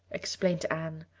explained anne.